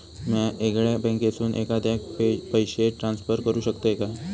म्या येगल्या बँकेसून एखाद्याक पयशे ट्रान्सफर करू शकतय काय?